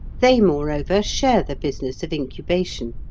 they moreover share the business of incubation,